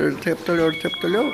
ir taip toliau ir taip toliau